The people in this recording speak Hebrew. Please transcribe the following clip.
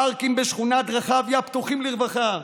הפארקים בשכונת רחביה פתוחים לרווחה,